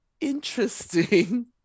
interesting